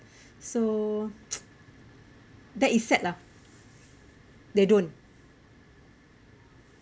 so that is sad lah they don't